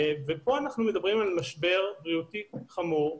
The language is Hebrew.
ואילו פה אנחנו מדברים על משבר בריאותי חמור.